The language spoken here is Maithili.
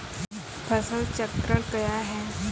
फसल चक्रण कया हैं?